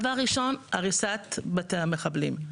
דבר ראשון, הריסת בתי המחבלים.